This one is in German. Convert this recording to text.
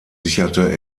sicherte